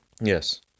Yes